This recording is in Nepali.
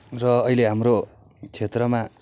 र अहिले हाम्रो क्षेत्रमा